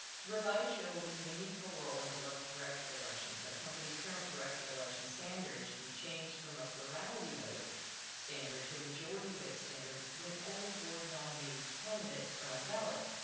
to provide shareholders meaningful role and in like director elections, our company's current director election standard should be changed from a plurality vote standard to a majority vote standard when only board nominated candidates are on the ballot.